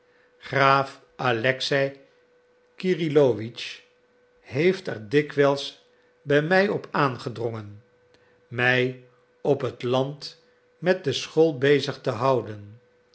graaf alexei kyrilowitsch heeft er dikwijls bij mij op aangedrongen mij op het land met de school bezig te houden